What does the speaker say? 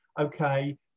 okay